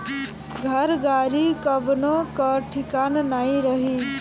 घर, गाड़ी कवनो कअ ठिकान नाइ रही